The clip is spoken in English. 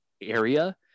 area